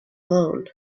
loan